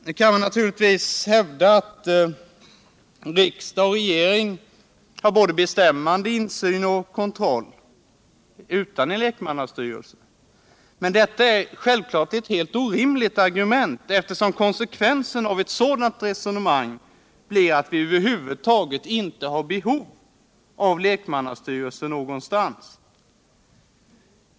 Nu kan man naturligtvis hävda att riksdag och regering har bestämmande, insyn och kontroll även utan någon lekmannastyrelse. Men detta är ett orimligt argument, eftersom konsekvensen av ett sådant resonemang blir att vi över huvud taget inte har behov av lekmannastyrelser någonstans.